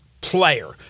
player